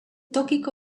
tokiko